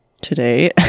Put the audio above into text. today